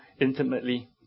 intimately